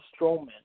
Strowman